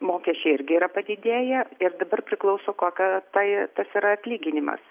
mokesčiai irgi yra padidėję ir dabar priklauso kokia tai tas yra atlyginimas